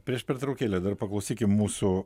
prieš pertraukėlę dar paklausykim mūsų